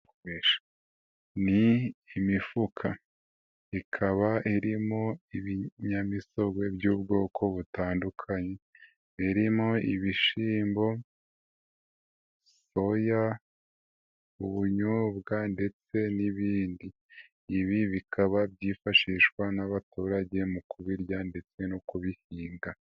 Ni imifuka ikaba irimo ibinyamisogwe by'ubwoko butandukanye, birimo ibishyimbo, soya, ubunyobwa, ndetse n'ibindi. Ibi bikaba byifashishwa n'abaturage mu kubirya ndetse no kubihinga.